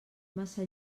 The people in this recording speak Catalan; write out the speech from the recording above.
massa